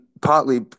partly